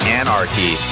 anarchy